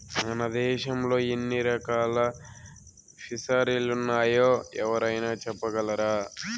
మన దేశంలో ఎన్ని రకాల ఫిసరీలున్నాయో ఎవరైనా చెప్పగలరా